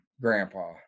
Grandpa